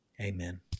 Amen